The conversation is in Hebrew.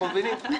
אנחנו מבינים.